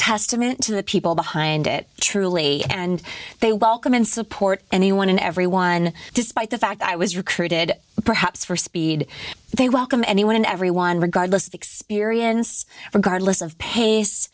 testament to the people behind it truly and they welcome and support anyone and everyone despite the fact i was recruited perhaps for speed they welcome anyone and everyone regardless of experience regardless of pace